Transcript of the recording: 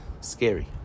Scary